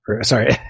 sorry